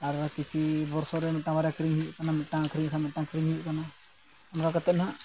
ᱟᱨ ᱠᱤᱪᱷᱩ ᱵᱚᱪᱷᱚᱨ ᱨᱮ ᱢᱤᱫᱴᱟᱝ ᱵᱟᱨᱭᱟ ᱟᱹᱠᱷᱨᱤᱧ ᱦᱩᱭᱩᱜ ᱠᱟᱱᱟ ᱢᱤᱫᱴᱟᱝ ᱟᱹᱠᱷᱨᱤᱧ ᱞᱮᱠᱷᱟᱱ ᱢᱤᱫᱴᱟᱝ ᱠᱤᱨᱤᱧ ᱦᱩᱭᱩᱜ ᱠᱟᱱᱟ ᱚᱝᱠᱟ ᱠᱟᱛᱮ ᱱᱟᱦᱟᱸᱜ